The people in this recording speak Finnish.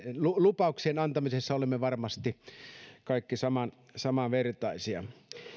lupausten antamisessa olemme varmasti kaikki samanvertaisia